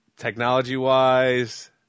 Technology-wise